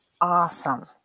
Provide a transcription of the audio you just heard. Awesome